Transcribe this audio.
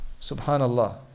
subhanAllah